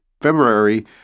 February